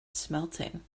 smelting